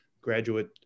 graduate